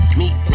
meet